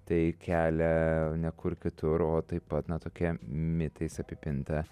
tai kelia ne kur kitur o taip pat na tokia mitais apipinta